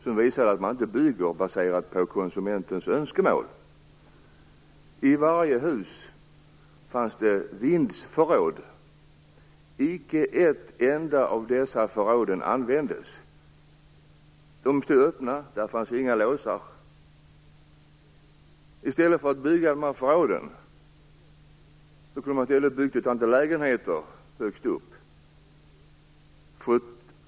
Det visar att man inte bygger baserat på konsumentens önskemål. I varje hus fanns vindsförråd. Inte ett enda av dessa förråd användes. De stod öppna utan lås. I stället för att bygga dessa förråd kunde man har byggt ett antal lägenheter högst upp.